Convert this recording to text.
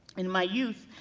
in my youth,